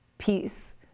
Peace